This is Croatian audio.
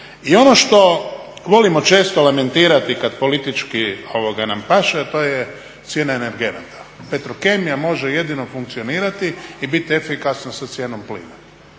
I ono što volimo često lamentirati kad politički nam paše, a to je cijena energenata. Petrokemija može jedino funkcionirati i biti efikasna sa cijenom plina.